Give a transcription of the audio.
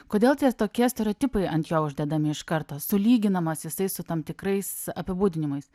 kodėl tie tokie stereotipai ant jo uždedami iš karto sulyginamas jisai su tam tikrais apibūdinimais